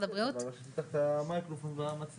את חובת בידוד של חוזרים שהם מחוסנים עד ה-7.1.